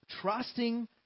trusting